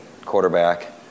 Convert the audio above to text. quarterback